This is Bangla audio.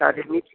তাতে কী